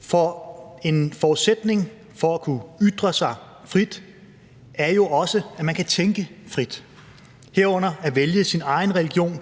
for en forudsætning for at kunne ytre sig frit er jo også, at man kan tænke frit, herunder at vælge sin egen religion